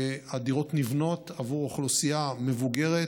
הדירות נבנות עבור אוכלוסייה מבוגרת